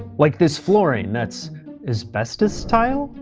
like this flooring that's asbestos tile?